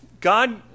God